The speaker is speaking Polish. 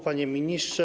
Panie Ministrze!